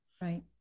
right